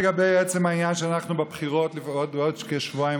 לגבי עצם העניין שאנחנו בבחירות בעוד כשבועיים,